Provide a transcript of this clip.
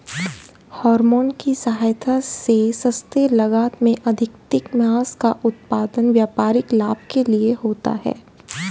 hormone की सहायता से सस्ते लागत में अधिकाधिक माँस का उत्पादन व्यापारिक लाभ के लिए होता है